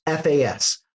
FAS